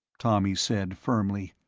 tommy said firmly,